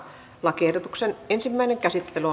lakiehdotuksen ensimmäinen käsittely